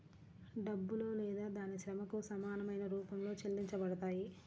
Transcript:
డబ్బులో లేదా దాని శ్రమకు సమానమైన రూపంలో చెల్లించబడతాయి